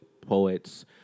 poets